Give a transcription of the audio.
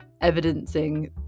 evidencing